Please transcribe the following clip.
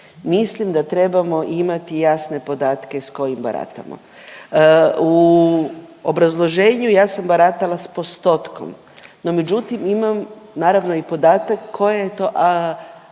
mislim da trebamo imati jasne podatke s kojim baratamo. U obrazloženju ja sam baratala s postotkom, no međutim imam naravno i podatak koja je to